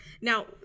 Now